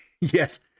Yes